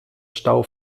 stau